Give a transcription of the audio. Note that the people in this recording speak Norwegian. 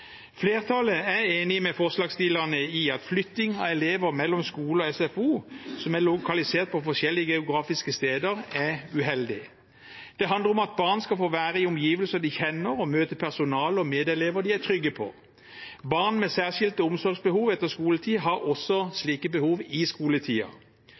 Flertallet er enig med forslagsstillerne i at flytting av elever mellom skole og SFO som er lokalisert på forskjellige geografiske steder, er uheldig. Det handler om at barn skal få være i omgivelser de kjenner, og møte personale og medelever de er trygge på. Barn med særskilte omsorgsbehov etter skoletid har også